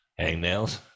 hangnails